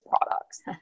products